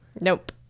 Nope